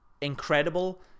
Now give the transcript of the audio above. incredible